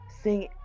sing